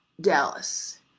Dallas